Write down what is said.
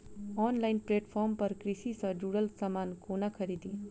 Online platform पर कृषि सँ जुड़ल समान कोना खरीदी?